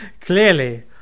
Clearly